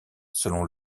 selon